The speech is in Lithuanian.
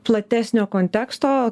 platesnio konteksto